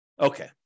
Okay